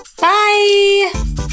Bye